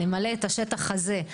נמלא את השטח הזה,